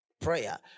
Prayer